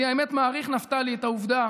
אני, האמת, מעריך, נפתלי, את העובדה